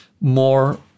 more